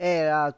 era